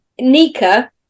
Nika